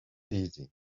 easy